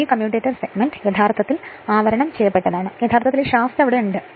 ഈ commutator segment യഥാർത്ഥത്തിൽ ആവരണം ചെയ്യപ്പെട്ടതാണ് യഥാർത്ഥത്തിൽ ആ ഷാഫ്റ്റ് അവിടെയുണ്ട്